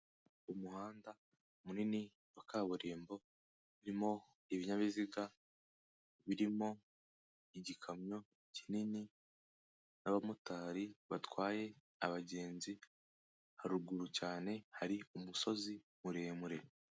Umunara muremure cyane w'itumanaho uri mu mabara y'umutuku ndetse n'umweru bigaragara ko ari uwa eyateri hahagaze abatekinisiye bane bigaragara yuko bari gusobanurira aba bantu uko uyu munara ukoreshwa aha bantu bari gusobanurira bambaye amajire y'umutuku.